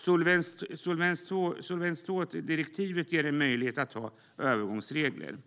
Solvens II-direktivet ger en möjlighet att ha övergångsregler.